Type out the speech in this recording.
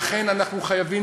לכן אנחנו חייבים,